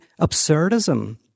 absurdism